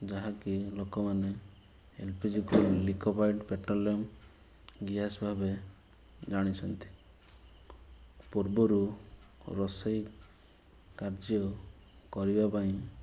ଯାହାକି ଲୋକମାନେ L P G କୁ ଲିକୁଫାଇଡ଼୍ ପେଟ୍ରୋଲିୟମ୍ ଗ୍ୟାସ୍ ଭାବେ ଜାଣିଛନ୍ତି ପୂର୍ବରୁ ରୋଷେଇ କାର୍ଯ୍ୟ କରିବା ପାଇଁ